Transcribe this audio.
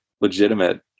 legitimate